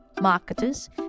marketers